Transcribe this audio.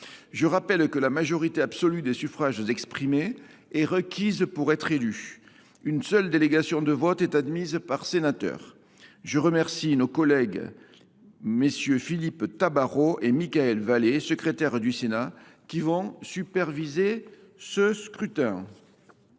Je rappelle que la majorité absolue des suffrages exprimés est requise pour être élu. Une seule délégation de vote est admise par sénateur. Je remercie MM. Philippe Tabarot et Mickaël Vallet, secrétaires du Sénat, qui vont superviser ce scrutin.